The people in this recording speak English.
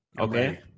okay